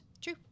True